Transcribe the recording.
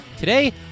Today